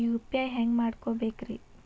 UPI ಹ್ಯಾಂಗ ಮಾಡ್ಕೊಬೇಕ್ರಿ?